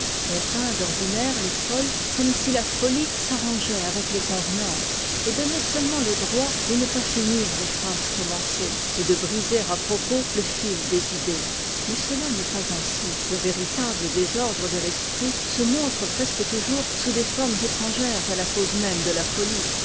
on peint d'ordinaire les folles comme si la folie s'arrangeait avec les convenances et donnait seulement le droit de ne pas finir les phrases commencées et de briser à propos le fil des idées mais cela n'est pas ainsi le véritable désordre de l'esprit se montre presque toujours sous des formes étrangères à la cause même de la folie